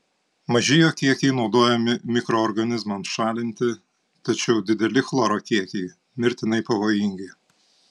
maži jo kiekiai naudojami mikroorganizmams šalinti tačiau dideli chloro kiekiai mirtinai pavojingi